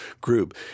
group